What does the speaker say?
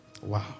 Wow